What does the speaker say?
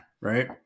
Right